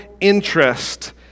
interest